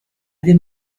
den